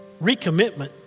recommitment